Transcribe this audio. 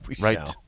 Right